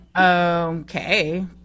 okay